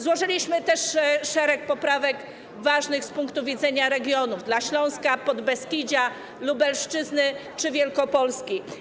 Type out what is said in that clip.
Złożyliśmy też szereg poprawek ważnych z punktu widzenia regionów - dla Śląska, Podbeskidzia, Lubelszczyzny czy Wielkopolski.